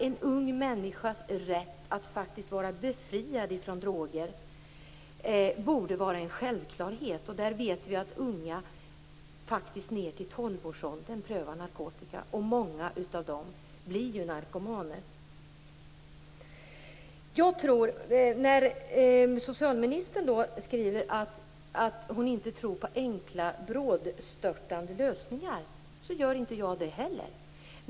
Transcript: En ung människas rätt att faktiskt vara befriad från droger borde vara en självklarhet. Vi vet att unga, ända ned i tolvårsåldern, prövar narkotika. Många av dem blir narkomaner. Socialministern säger att hon inte tror på enkla, brådstörtade lösningar. Jag gör inte det heller.